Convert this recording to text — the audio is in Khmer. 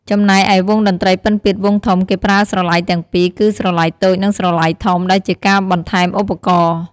ចំណែកឯវង់តន្ត្រីពិណពាទ្យវង់ធំ គេប្រើស្រឡៃទាំងពីរ គឺស្រឡៃតូច និងស្រឡៃធំ ដែលជាការបន្ថែមឧបករណ៍។